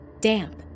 damp